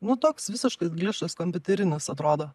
nu toks visiškas gličas kompiuterinis atrodo